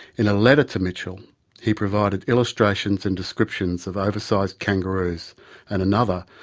in a letter to mitchell he provided illustrations and descriptions of over-sized kangaroos and, another,